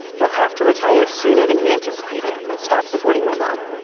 he'll have to retire sooner than he anticipated and stop supporting my mom.